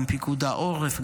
גם פיקוד העורף,